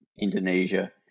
indonesia